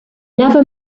never